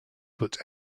but